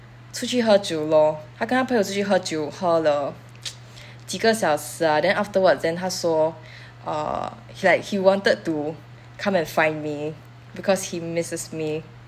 出去喝酒 lor 他跟他朋友出去喝酒喝了 几个小时 ah then afterwards 他说 err he like he wanted to come and find me because he misses me